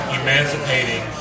emancipating